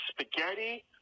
spaghetti